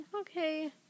okay